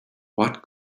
what